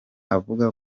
avuga